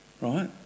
right